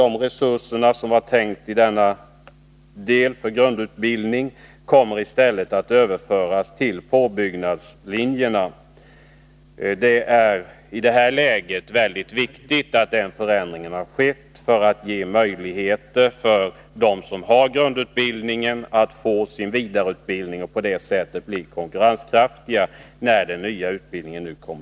De resurser som var tänkta för grundutbildningen kommer i stället att överföras till påbyggnadslinjerna. Det är i detta läge viktigt att den förändringen sker. Det skapar möjligheter för dem som har grundutbildning att också få sin vidareutbildning.